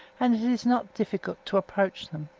and it is not difficult to approach them.